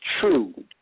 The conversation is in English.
true